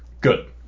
good